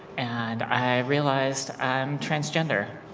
and i realized i'm transgender.